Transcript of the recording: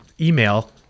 email